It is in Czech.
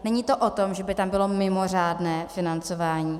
Není to o tom, že by tam bylo mimořádné financování.